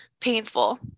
painful